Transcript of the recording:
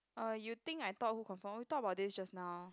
uh you think I thought who confirm we talked about this just now